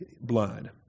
blood